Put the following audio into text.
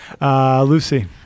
Lucy